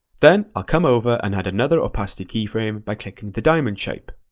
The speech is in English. then i'll come over and add another opacity keyframe by clicking the diamond shape.